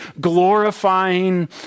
glorifying